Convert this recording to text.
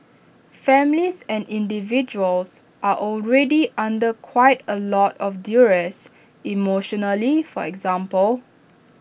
families and individuals are already under quite A lot of duress emotionally for example